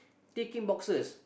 ticking boxes